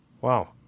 Wow